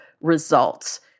results